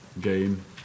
game